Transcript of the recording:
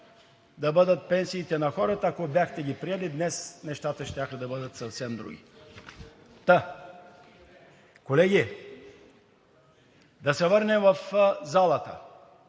да бъдат пенсиите на хората. Ако бяхте ги приели, днес нещата щяха да бъдат съвсем други. Та, колеги, да се върнем в залата.